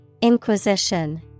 Inquisition